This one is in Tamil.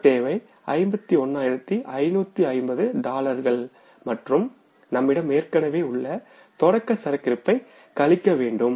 மொத்த தேவை 51550 டாலர்கள் மற்றும் நம்மிடம் ஏற்கனவே உள்ள தொடக்க சரக்கிருப்பை கழிக்கவேண்டும்